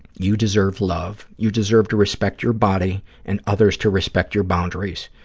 you deserve love. you deserve to respect your body and others to respect your boundaries.